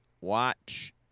watch